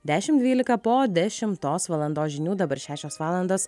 dešim dvylika po dešimtos valandos žinių dabar šešios valandos